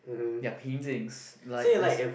their paintings like there's